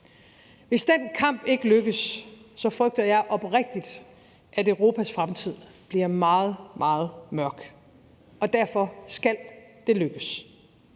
Hvis den kamp ikke lykkes, frygter jeg oprigtigt, at Europas fremtid bliver meget, meget mørk, og derfor skal den lykkes.